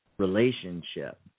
relationship